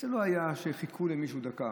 זה לא היה שחיכו למישהו דקה,